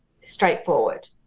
straightforward